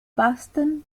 buxton